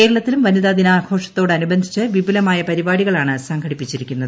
കേരളത്തിലും വനിതാ ദ്വന്ദാഘോഷത്തോടനുബന്ധിച്ച് വിപുലമായ പരിപാടികളാണ് സംഘടിപ്പിച്ചിരിക്കുന്നത്